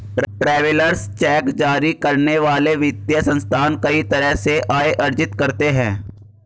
travellers cheque जारी करने वाले वित्तीय संस्थान कई तरह से आय अर्जित करते हैं